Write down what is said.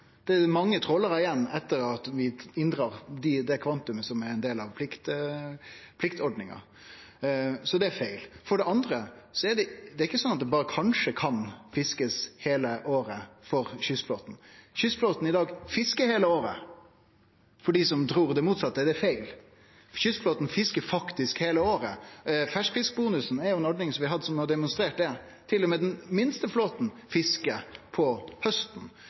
det er mange trålarar igjen etter at vi inndrar det kvantumet som er ein del av pliktordninga. Så det er feil. For det andre er det ikkje sånn at kystflåten berre kanskje kan fiske heile året. Kystflåten fiskar heile året i dag. Om nokon trur det motsette, så er det feil. Kystflåten fiskar faktisk heile året. Ferskfiskbonusen er jo ei ordning som har demonstrert det. Til og med den minste flåten fiskar på hausten.